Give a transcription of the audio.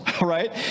right